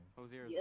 Hosier